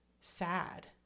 sad